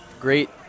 Great